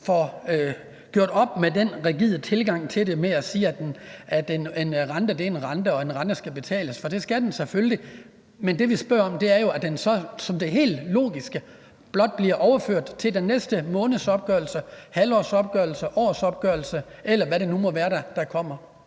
får gjort op med den rigide tilgang til det med at sige, at en rente er en rente, og at en rente skal betales. Det skal den selvfølgelig, men det, vi spørger om, er, om den så som det helt logiske blot kunne blive overført til den næste månedsopgørelse, halvårsopgørelse, årsopgørelse, eller hvad det nu måtte være, der kommer.